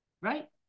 right